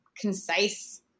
concise